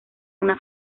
una